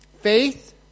faith